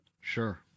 Sure